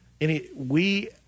any—we